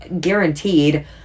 guaranteed